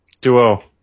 Duo